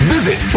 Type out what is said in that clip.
Visit